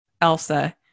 Elsa